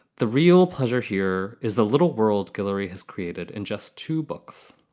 the real pleasure here is the little world guillory has created and just two books,